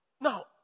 Now